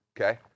okay